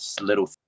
little